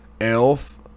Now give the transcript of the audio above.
elf